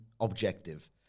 objective